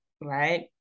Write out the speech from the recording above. right